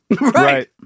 Right